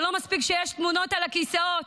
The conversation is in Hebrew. זה לא מספיק שיש תמונות על הכיסאות,